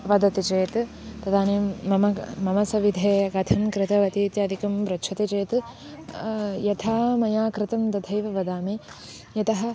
वदति चेत् तदानीं मम मम सविधे कथं कृतवती इत्यादिकं पृच्छति चेत् यथा मया कृतं तथैव वदामि यतः